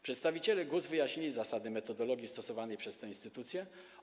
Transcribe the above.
Przedstawiciele GUS wyjaśnili zasady metodologii stosowanej przez tę instytucję.